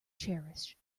cherish